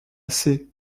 assez